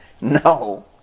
No